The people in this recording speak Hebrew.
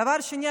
דבר שני,